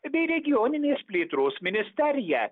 bei regioninės plėtros ministerija